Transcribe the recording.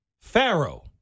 Pharaoh